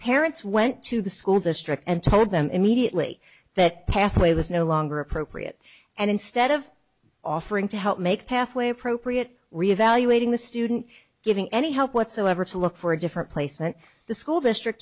parents went to the school district and told them immediately that pathway was no longer appropriate and instead of offering to help make pathway appropriate reevaluating the student giving any help whatsoever to look for a different placement the school district